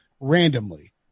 randomly